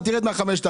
אתה תרד מה-5,000.